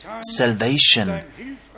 salvation